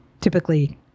typically